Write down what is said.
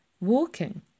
Walking